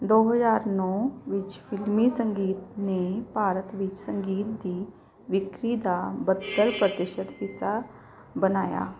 ਦੋ ਹਜ਼ਾਰ ਨੌਂ ਵਿੱਚ ਫਿਲਮੀ ਸੰਗੀਤ ਨੇ ਭਾਰਤ ਵਿੱਚ ਸੰਗੀਤ ਦੀ ਵਿਕਰੀ ਦਾ ਬਹੱਤਰ ਪ੍ਰਤੀਸ਼ਤ ਹਿੱਸਾ ਬਣਾਇਆ